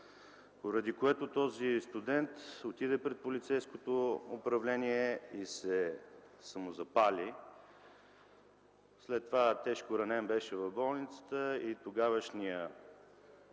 поради което този студент отиде пред полицейското управление и се самозапали. След това тежко ранен беше в болницата и тогавашният